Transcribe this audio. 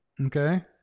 Okay